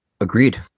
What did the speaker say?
agreed